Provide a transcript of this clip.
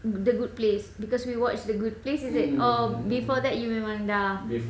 the good place because we watched the good places it or before that you memang dah